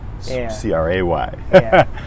c-r-a-y